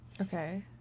Okay